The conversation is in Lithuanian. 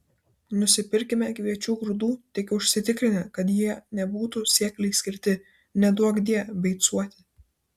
nusipirkime kviečių grūdų tik užsitikrinę kad jie nebūtų sėklai skirti neduokdie beicuoti